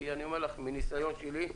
כי מניסיון שלי,